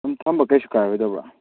ꯑꯗꯨꯝ ꯊꯝꯕ ꯀꯩꯁꯨ ꯀꯥꯏꯔꯣꯏꯗꯕ꯭ꯔꯥ